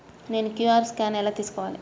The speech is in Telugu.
నేను క్యూ.అర్ స్కాన్ ఎలా తీసుకోవాలి?